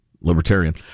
libertarian